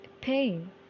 pain